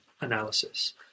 analysis